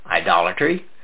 idolatry